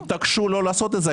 ואם הבנקים יתעקשו לא לעשות את זה,